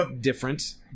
different